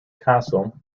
castle